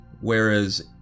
Whereas